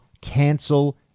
Cancel